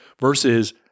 Versus